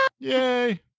Yay